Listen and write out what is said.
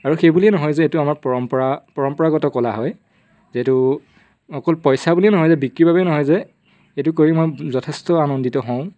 আৰু সেই বুলিয়েই নহয় যে এইটো আমাৰ পৰম্পৰা পৰম্পৰাগত কলা হয় যিহেতু অকল পইচা বুলিয়েই নহয় যে বিক্ৰী বাবেই নহয় যে এইটো কৰি মই যথেষ্ট আনন্দিত হওঁ